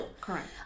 Correct